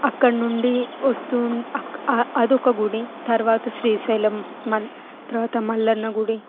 అక్కడ నుండి వస్తూ ఉం అదొక గుడి తర్వాత శ్రీశైలం మం తర్వాత మల్లన్న గుడి